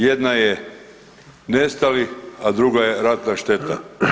Jedna je nestali, a druga je ratna šteta.